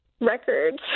records